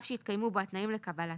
אף שהתקיימו בו התנאים לקבלתה,